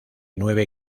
nueve